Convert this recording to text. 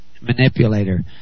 manipulator